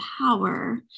power